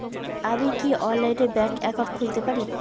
আমি কি অনলাইনে ব্যাংক একাউন্ট খুলতে পারি?